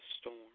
storm